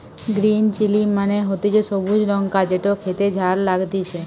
green chilli মানে হতিছে সবুজ লঙ্কা যেটো খেতে ঝাল লাগতিছে